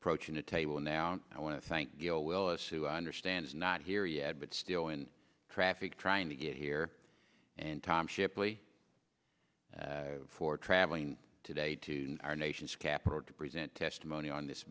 approaching the table now i want to thank gail willis who understands not here yet but still in traffic trying to get here and tom shipley for traveling today to our nation's capital to present testimony on this